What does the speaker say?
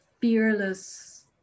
fearless